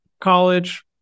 college